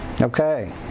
Okay